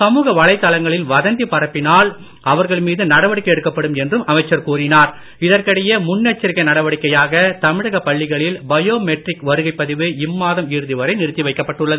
சமுக வலைத்தளங்களில் வதந்தி பரப்பினால் அவர்கள் மீது நடவடிக்கை எடுக்கப்படும் என்றும் அமைச்சர் முன்னெச்சரிக்கை நடவடிக்கையாக தமிழக பள்ளிகளில் பயோ மெட்ரிக் வருகைப் பதிவு இம்மாதம் இறுதி வரை நிறுத்தி வைக்கப்பட்டுள்ளது